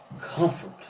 comfort